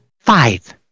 Five